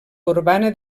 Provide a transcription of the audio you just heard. urbana